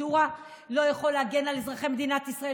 השורא לא יכול להגן על אזרחי מדינת ישראל,